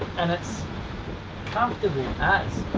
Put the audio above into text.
and it's comfortable, pants